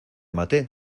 maté